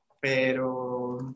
pero